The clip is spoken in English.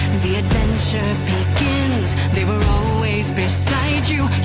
the adventure begins they were always beside you